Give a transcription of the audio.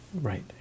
right